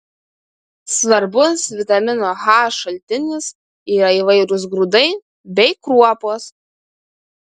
svarbus vitamino h šaltinis yra įvairūs grūdai bei kruopos